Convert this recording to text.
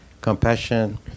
compassion